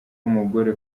umugore